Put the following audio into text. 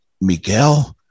Miguel